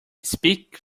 speak